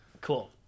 cool